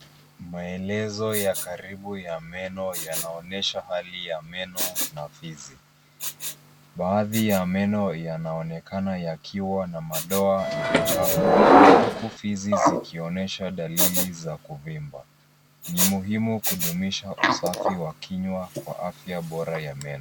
Maelezo ya karibu ya meno yanaonesha hali ya meno na fizi. Baadhi ya meno yanaonekana yakiwa na madoa na uchafu, huku fizi zikionesha dalili za kuvimba. Ni muhimu kudunisha usafi wa kinywa, kwa afya bora ya meno.